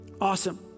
Awesome